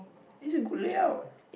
this a good layout